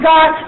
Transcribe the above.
God